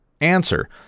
Answer